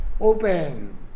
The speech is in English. open